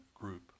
group